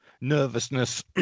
nervousness